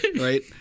Right